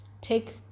take